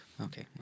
Okay